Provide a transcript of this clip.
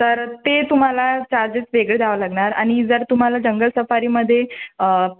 तर ते तुम्हाला चार्जेस वेगळे द्यावे लागणार आणि जर तुम्हाला जंगल सफारीमध्ये